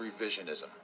revisionism